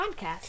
podcast